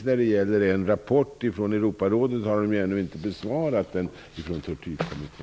Turkiet har t.ex. inte besvarat en rapport från